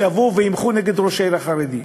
שיבואו וימחו נגד ראש העיר החרדי.